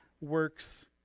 works